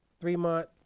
Three-month